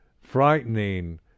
frightening